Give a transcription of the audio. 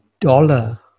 dollar